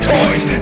Toys